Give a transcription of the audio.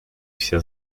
все